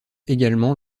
également